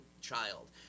child